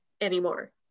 anymore